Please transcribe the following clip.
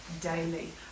daily